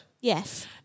Yes